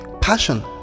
Passion